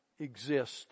exist